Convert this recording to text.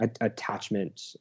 attachment